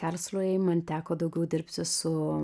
karlsrūhy man teko daugiau dirbti su